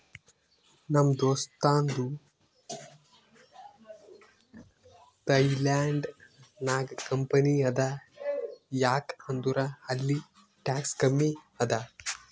ನಮ್ ದೋಸ್ತದು ಥೈಲ್ಯಾಂಡ್ ನಾಗ್ ಕಂಪನಿ ಅದಾ ಯಾಕ್ ಅಂದುರ್ ಅಲ್ಲಿ ಟ್ಯಾಕ್ಸ್ ಕಮ್ಮಿ ಅದಾ